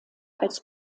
als